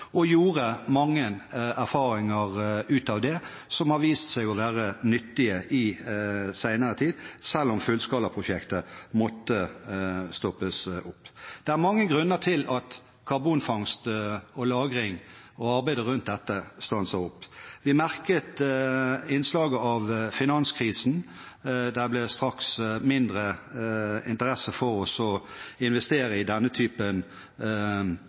og fikk mange erfaringer ut av det som har vist seg å være nyttige i senere tid, selv om fullskalaprosjektet måtte stoppes. Det er mange grunner til at karbonfangst og -lagring og arbeidet rundt dette stanser opp. Vi merket innslaget av finanskrisen. Det ble straks mindre interesse for å investere i denne typen